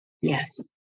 yes